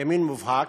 ימין מובהק,